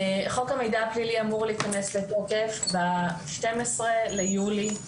חוק המידע הפלילי אמור להיכנס לתוקף ב-12 ביולי,